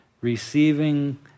receiving